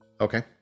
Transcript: Okay